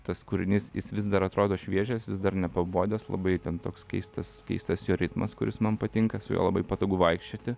tas kūrinys jis vis dar atrodo šviežias vis dar nepabodęs labai ten toks keistas keistas jo ritmas kuris man patinka su juo labai patogu vaikščioti